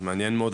מעניין מאוד,